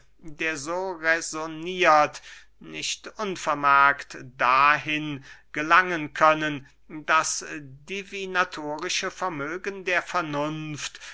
der so räsonniert nicht unvermerkt dahin gelangen können das divinatorische vermögen der vernunft